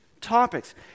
topics